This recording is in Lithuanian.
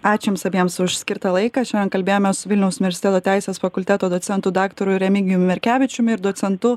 ačiū jums abiems už skirtą laiką šiandien kalbėjomės su vilniaus universiteto teisės fakulteto docentu daktaru remigijum merkevičiumi ir docentu